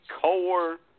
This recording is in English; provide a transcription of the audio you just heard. core